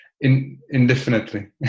indefinitely